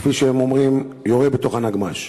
כפי שהם אומרים: יורה בתוך הנגמ"ש.